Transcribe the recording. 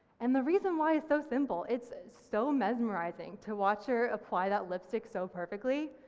and the reason why is so simple. it's so mesmerising to watch her apply that lipstick so perfectly,